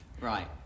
Right